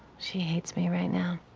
she hates me right now.